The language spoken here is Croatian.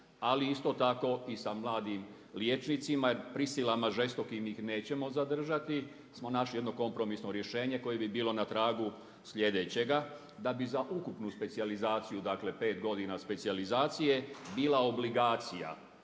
ali isto tako i sa mladim liječnicima jer prisilama žestokim ih nećemo zadržati smo našli jedno kompromisno rješenje koje bi bilo na tragu sljedećega. Da bi za ukupnu specijalizaciju dakle 5 godina specijalizacije bila obligacija